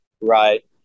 right